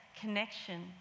connection